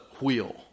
wheel